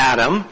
Adam